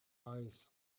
eyes